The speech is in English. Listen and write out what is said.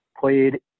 played